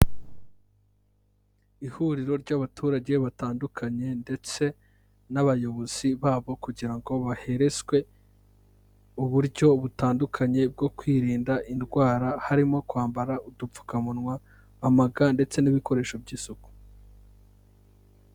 Ihuriro ry'abaturage batandukanye ndetse n'abayobozi babo kugira ngo baherezwe uburyo butandukanye bwo kwirinda indwara, harimo kwambara udupfukamunwa, ama ga ndetse n'ibikoresho by'isuku.